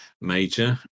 major